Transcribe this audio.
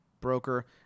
broker